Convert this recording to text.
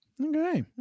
okay